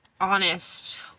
honest